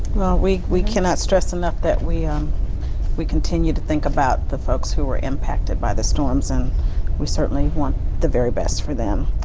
we we cannot stress enough we um we continue to think about the folk who were impacted by the storms and we certainly want the very best for them.